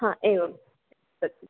हा एवम् सत्यं